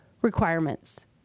requirements